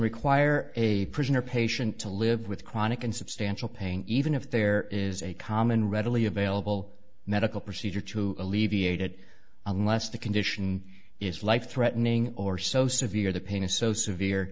require a prisoner patient to live with chronic and substantial pain even if there is a common readily available medical procedure to alleviate it unless the condition is life threatening or so severe the pain is so severe